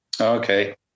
Okay